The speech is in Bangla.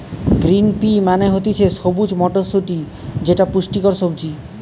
গ্রিন পি মানে হতিছে সবুজ মটরশুটি যেটা পুষ্টিকর সবজি